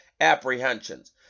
apprehensions